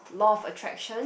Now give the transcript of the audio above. law of attraction